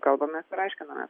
kalbamės ir aiškiname